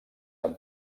amb